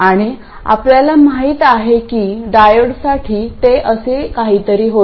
आणि आपल्याला माहित आहे की डायोडसाठी ते असे काहीतरी होते